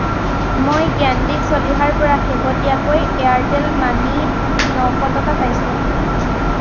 মই জ্ঞানদীপ চলিহাৰ পৰা শেহতীয়াকৈ এয়াৰটেল মানিত নশ টকা পাইছোঁ নেকি